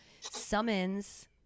summons